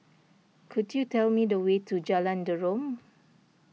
could you tell me the way to Jalan Derum